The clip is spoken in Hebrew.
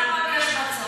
כל עוד יש מצור,